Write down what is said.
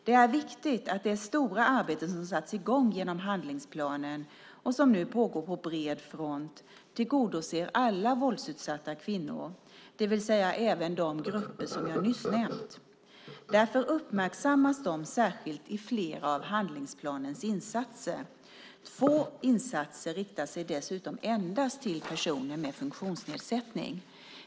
Det är viktigt att det stora arbete som satts i gång genom handlingsplanen, och som nu pågår på bred front, tillgodoser alla våldsutsatta kvinnor, det vill säga även de grupper som jag nyss nämnt. Därför uppmärksammas de särskilt i flera av handlingsplanens insatser. Två insatser riktar sig dessutom endast till personer med funktionsnedsättning.